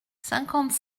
cinquante